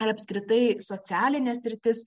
apskritai socialinė sritis